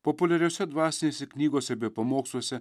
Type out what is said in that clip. populiariose dvasinėse knygose bei pamoksluose